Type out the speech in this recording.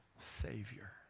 savior